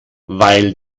weil